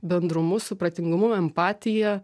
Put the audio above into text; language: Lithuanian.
bendrumu supratingumu empatija